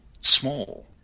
small